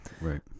right